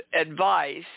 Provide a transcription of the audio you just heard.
advice